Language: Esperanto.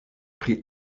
pri